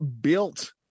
built